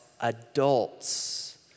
adults